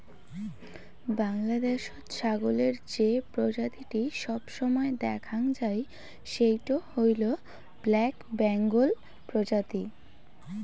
বাংলাদ্যাশত ছাগলের যে প্রজাতিটি সবসময় দ্যাখাং যাই সেইটো হইল ব্ল্যাক বেঙ্গল প্রজাতি